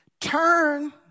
turn